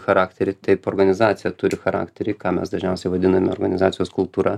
charakterį taip organizacija turi charakterį ką mes dažniausiai vadiname organizacijos kultūra